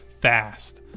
fast